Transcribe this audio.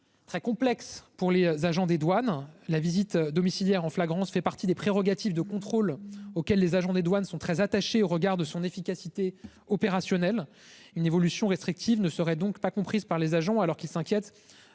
Très complexe pour les agents des douanes la visite domiciliaire en flagrance fait partie des prérogatives de contrôle auquel les agents des douanes sont très attachés au regard de son efficacité opérationnelle. Une évolution restrictive ne serait donc pas comprise par les agents alors qu'il s'inquiète.